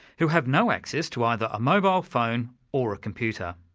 who have no access to either a mobile phone or a computer.